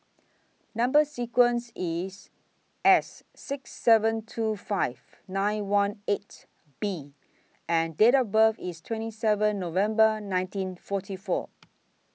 Number sequence IS S six seven two five nine one eight B and Date of birth IS twenty seven November nineteen forty four